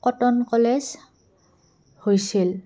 cotton College হৈছিল